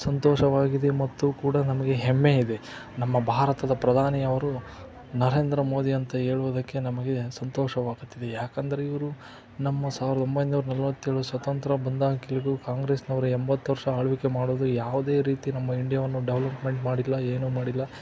ಸಂತೋಷವಾಗಿದೆ ಮತ್ತು ಕೂಡ ನಮಗೆ ಹೆಮ್ಮೆ ಇದೆ ನಮ್ಮ ಭಾರತದ ಪ್ರಧಾನಿ ಅವರು ನರೇಂದ್ರ ಮೋದಿ ಅಂತ ಹೇಳುವುದಕ್ಕೆ ನಮಗೆ ಸಂತೋಷವಾಗುತ್ತಿದೆ ಯಾಕಂದರೆ ಇವರು ನಮ್ಮ ಸಾವಿರದ ಒಂಬೈನೂರ ನಲ್ವತ್ತೇಳು ಸ್ವತಂತ್ರ ಬಂದಾಗ್ಲಿಗು ಕಾಂಗ್ರೆಸ್ನವರು ಎಂಬತ್ತು ವರ್ಷ ಆಳ್ವಿಕೆ ಮಾಡಿದ್ರು ಯಾವುದೇ ರೀತಿ ನಮ್ಮ ಇಂಡಿಯಾವನ್ನು ಡೆವಲಪ್ಮೆಂಟ್ ಮಾಡಿಲ್ಲ ಏನೂ ಮಾಡಿಲ್ಲ